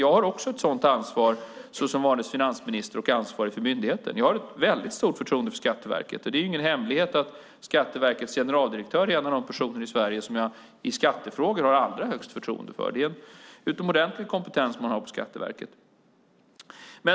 Jag har också ett sådant ansvar såsom varande finansminister och ansvarig för myndigheten. Jag har ett väldigt stort förtroende för Skatteverket. Och det är ingen hemlighet att Skatteverkets generaldirektör är en av de personer i Sverige som jag i skattefrågor har allra störst förtroende för. Det är en utomordentlig kompetens som man har på Skatteverket.